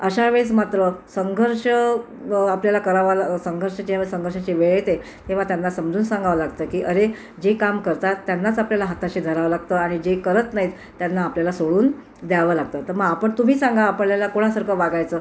अशा वेळेस मात्र संघर्ष आपल्याला करावा ला संघर्षाच्या वेळेस संघर्षाची वेळ येते तेव्हा त्यांना समजून सांगावं लागतं की अरे जे काम करतात त्यांनाच आपल्याला हाताशी धरावं लागतं आणि जे करत नाहीत त्यांना आपल्याला सोडून द्यावं लागतं तर मग आपण तुम्ही सांगा आपल्याला कोणासारखं वागायचं